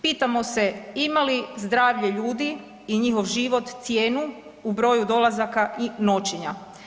Pitamo li se ima li zdravlje ljudi i njihov život cijenu u broju dolazaka i noćenja?